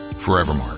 Forevermark